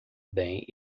bem